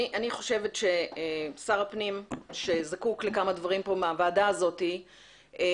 אני חושבת ששר הפנים שזקוק לכמה דברים פה מהוועדה הזאתי,